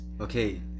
Okay